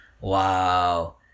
Wow